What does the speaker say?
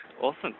Awesome